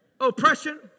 oppression